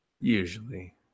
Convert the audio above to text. usually